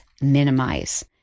minimize